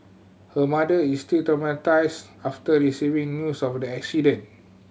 her mother is still traumatised after receiving news of the accident